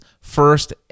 first